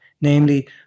Namely